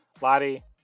Lottie